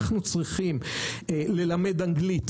אנחנו צריכים ללמד אנגלית,